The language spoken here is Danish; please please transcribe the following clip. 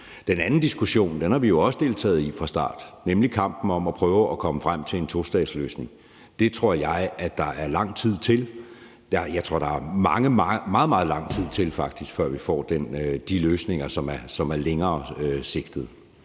Den anden diskussion har vi jo også deltaget i fra start, nemlig kampen om at prøve at komme frem til en tostatsløsning. Det tror jeg at der er lang tid til – meget, meget lang tid til faktisk – før vi får de løsninger, som er langsigtede.